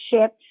ship